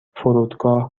فرودگاه